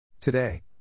Today